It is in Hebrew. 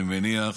אני מניח,